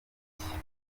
politike